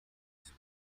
zły